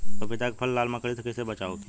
पपीता के फल के लाल मकड़ी से कइसे बचाव होखि?